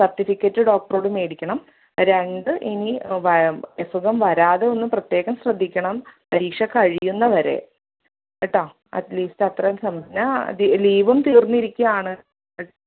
certificate ഡോക്ടറോട് മേടിക്കണം രണ്ട് ഇനി വ അസുഖം വരാതെ ഒന്ന് പ്രത്യേകം ശ്രദ്ധിക്കണം പരീക്ഷ കഴിയുന്ന വരെ കേട്ടോ അറ്റ്ലീസ്റ്റത്രേം സം ലീവും തീർന്നിരിയ്ക്കാണ്